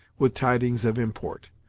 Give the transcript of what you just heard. with tidings of import.